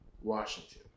Washington